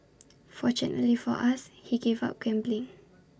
fortunately for us he gave up gambling